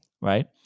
right